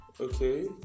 Okay